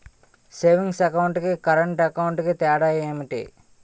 Savings account కి current account కి తేడా ఏమిటి?